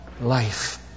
life